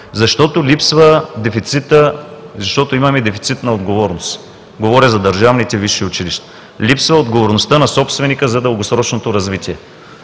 системи – защото имаме дефицит на отговорност. Говоря за държавните висши училища. Липсва отговорността на собственика за дългосрочното развитие.